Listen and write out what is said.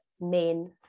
main